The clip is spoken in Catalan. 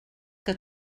que